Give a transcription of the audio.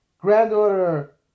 granddaughter